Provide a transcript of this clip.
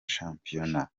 shampiyona